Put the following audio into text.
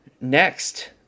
next